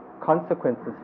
consequences